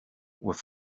were